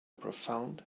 profound